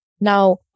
Now